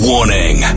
Warning